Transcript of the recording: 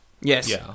Yes